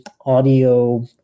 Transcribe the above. audio